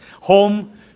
home